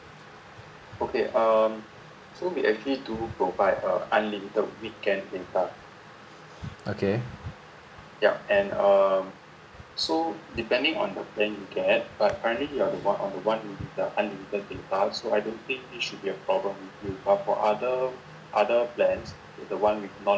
okay